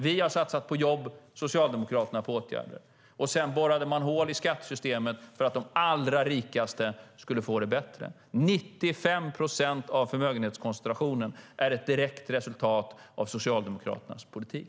Vi har satsat på jobb, och Socialdemokraterna har satsat på åtgärder. Sedan borrade Socialdemokraterna hål i skattesystemet för att de allra rikaste skulle få det bättre. 95 procent av ökningen av förmögenhetskoncentrationen är ett direkt resultat av Socialdemokraternas politik.